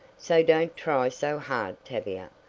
so don't try so hard tavia.